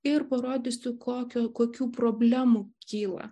ir parodysiu kokių kokių problemų kyla